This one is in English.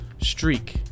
streak